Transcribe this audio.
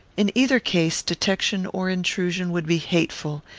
in either case, detection or intrusion would be hateful,